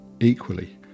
equally